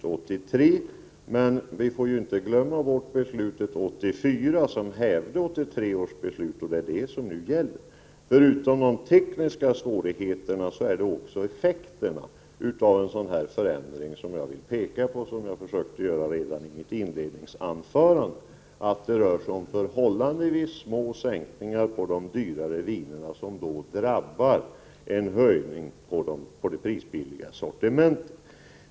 Men, Knut Wachtmeister, vi får ju inte glömma bort beslutet 1984, som hävde 1983 års beslut. Det är detta som nu gäller. Förutom de tekniska svårigheterna vill jag också peka på effekterna av en sådan förändring. Jag försökte redan i mitt inledningsanförande förklara att det rör sig om förhållandevis små sänkningar av priset på de dyrare vinerna, som skulle drabba det prisbilligare sortimentet i form av en höjning.